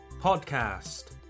podcast